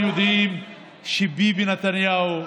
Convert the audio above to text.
כולם יודעים שביבי נתניהו,